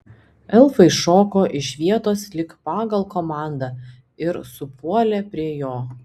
elfai šoko iš vietos lyg pagal komandą ir supuolė prie jo